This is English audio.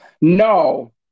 No